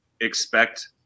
expect